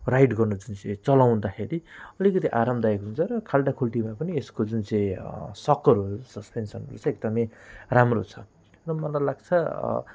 ride गर्दा जुन चाहिँ चलाउँदाखेरि अलिकति आरामदायक हुन्छ र खाल्टाखुल्टीमा पनि यसको जुन चाहिँ सकरहरू सस्पेन्सनहरू छ एकदमै राम्रो छ र मलाई लाग्छ